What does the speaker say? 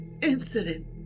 incident